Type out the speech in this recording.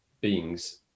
beings